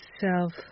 self